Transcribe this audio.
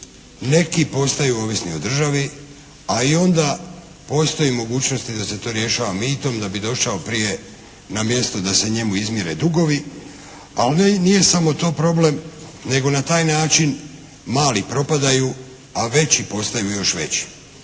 neki postaju ovisni o državni, a i onda postoji mogućnosti da se to rješava mitom da bi došao prije na mjesto da se njemu izmire dugovi, a onda nije samo to problem nego na taj način malim propadaju a veći postaju još veći